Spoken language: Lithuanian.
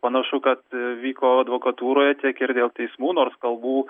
panašu kad vyko advokatūroje tiek ir dėl teismų nors kalbų